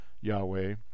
Yahweh